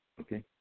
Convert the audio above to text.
okay